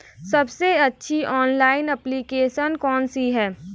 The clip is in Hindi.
सबसे अच्छी ऑनलाइन एप्लीकेशन कौन सी है?